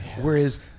Whereas